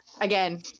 Again